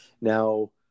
Now